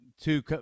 Two